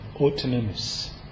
autonomous